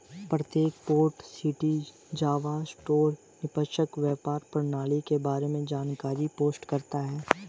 प्रत्येक port city Java store निष्पक्ष व्यापार प्रणाली के बारे में जानकारी पोस्ट करता है